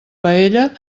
paella